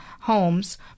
homes